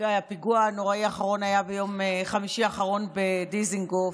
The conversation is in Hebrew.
הפיגוע הנוראי האחרון היה בחמישי האחרון בדיזנגוף,